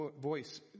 voice